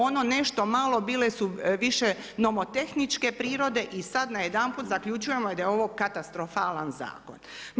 Ono nešto malo bile su više nomotehničke prirode i sad najedanput zaključujemo da je ovo katastrofalan zakon.